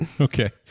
Okay